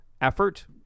effort